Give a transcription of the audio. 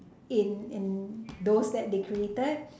in in those that they created